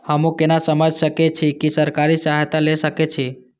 हमू केना समझ सके छी की सरकारी सहायता ले सके छी?